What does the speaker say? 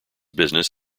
business